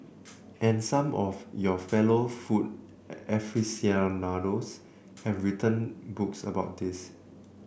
and some of your fellow food aficionados have written books about this